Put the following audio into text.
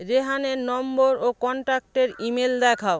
রেহানের number ও কন্ট্যাক্টের email দেখাও